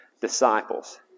disciples